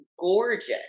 gorgeous